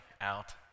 out